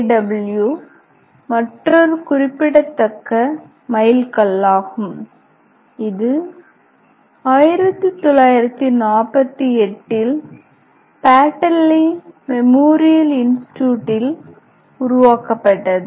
W மற்றொரு குறிப்பிடத்தக்க மைல்கல்லாகும் இது 1948 இல் பாட்டெல்லே மெமோரியல் இன்ஸ்டிடியூட்டில் உருவாக்கப்பட்டது